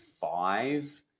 five